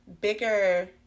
bigger